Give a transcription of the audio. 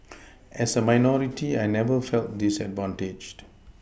as a minority I never felt disadvantaged